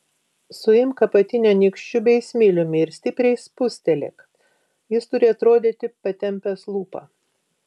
suimk apatinę nykščiu bei smiliumi ir stipriai spustelėk jis turi atrodyti patempęs lūpą